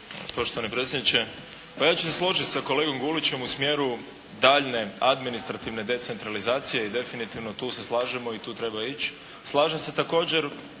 Poštovani predsjedniče. Pa ja ću se složiti sa kolegom Gulićem u smjeru daljnje administrativne decentralizacije i definitivno tu se slažemo i tu treba ići. Slažem se također